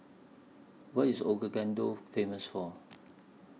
What IS Ouagadou Famous For